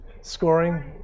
Scoring